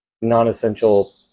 non-essential